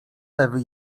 lewy